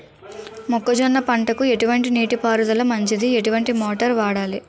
మొక్కజొన్న పంటకు ఎటువంటి నీటి పారుదల మంచిది? ఎటువంటి మోటార్ వాడాలి?